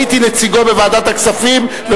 הייתי נציגו בוועדת הכספים.